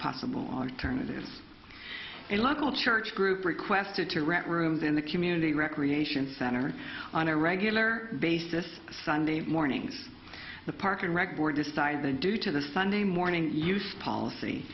possible alternatives a local church group requested to rent rooms in the community recreation center on a regular basis sunday mornings the park and reg board decided that due to the sunday morning use policy